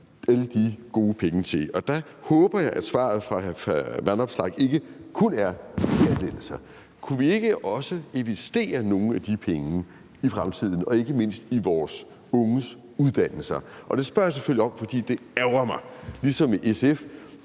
alle de gode penge til? Der håber jeg, at svaret fra hr. Alex Vanopslagh ikke kun er skattelettelser. Kunne vi ikke også investere nogle af de penge i fremtiden og ikke mindst i vores unges uddannelser? Det spørger jeg selvfølgelig om, fordi det ærgrer mig, at